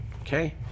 Okay